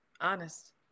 honest